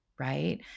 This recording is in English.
right